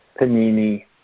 Panini